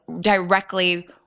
directly